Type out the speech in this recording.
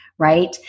right